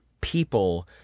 people